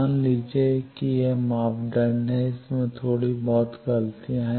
मान लीजिए कि यह मापदंड है इसमें थोड़ी बहुत गलतियाँ हैं